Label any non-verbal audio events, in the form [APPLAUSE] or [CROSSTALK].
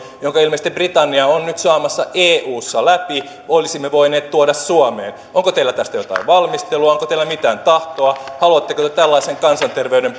jonka ilmeisesti britannia on nyt saamassa eussa läpi olisimme voineet tuoda suomeen onko teillä tästä jotain valmistelua onko teillä mitään tahtoa haluatteko te tällaisen kansanterveyden [UNINTELLIGIBLE]